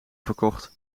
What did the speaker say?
verkocht